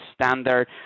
standard